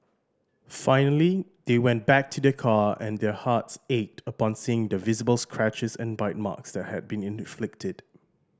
finally they went back to their car and their hearts ached upon seeing the visible scratches and bite marks that had been inflicted